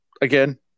Again